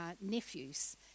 nephews